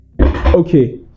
okay